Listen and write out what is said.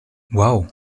wow